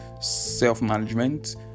self-management